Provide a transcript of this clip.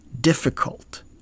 difficult